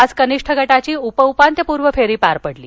आज कनिष्ठ गटाची उप उपांत्यपूर्व फेरी पार पडली